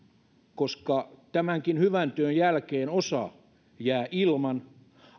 koska tämänkin hyvän työn jälkeen osa jää ilman